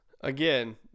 Again